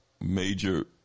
major